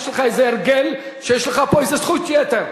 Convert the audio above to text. יש לך איזה הרגל שיש לך פה איזו זכות יתר.